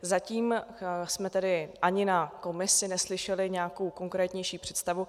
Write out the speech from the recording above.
Zatím jsme ani na komisi neslyšeli nějakou konkrétnější představu.